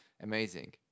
amazing